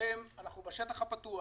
שבהן אנחנו בשטח הפתוח,